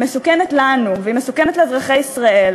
היא מסוכנת לנו והיא מסוכנת לאזרחי ישראל.